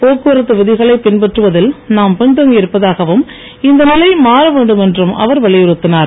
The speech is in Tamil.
போக்குவரத்து விதிகளை பின்பற்றுவதில் நாம் பின்தங்கி இருப்பதாகவும் இந்த நிலை மாற வேண்டும் என்றும் அவர் வலியுறுத்தினார்